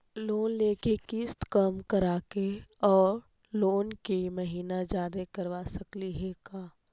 Loan के किस्त कम कराके औ लोन के महिना जादे करबा सकली हे का?